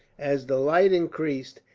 as the light increased,